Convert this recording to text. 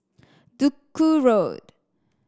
Duku Road